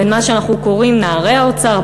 בין מה שאנחנו קוראים "נערי האוצר",